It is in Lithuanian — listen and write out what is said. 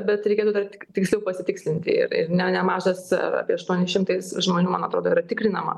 bet reikėtų dar tiksliau pasitikslinti ir ne nemažas apie aštuoni šimtai žmonių man atrodo yra tikrinama